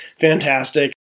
fantastic